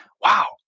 wow